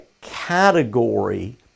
category